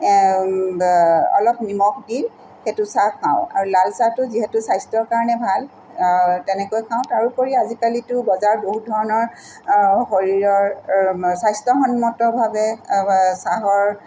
অলপ নিমখ দি সেইটো চাহ খাওঁ আৰু লালচাহটো যিহেতু স্বাস্থ্যৰ কাৰণে ভাল তেনেকৈ খাওঁ তাৰোপৰি আজিকালিতো বজাৰত বহুত ধৰণৰ শৰীৰৰ স্বাস্থ্যসন্মতভাৱে চাহৰ